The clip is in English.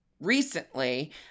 recently